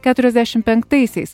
keturiasdešim penktaisiais